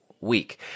week